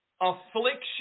affliction